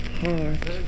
heart